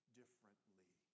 differently